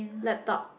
laptop